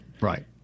Right